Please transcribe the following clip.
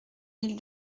mille